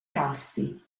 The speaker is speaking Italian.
tasti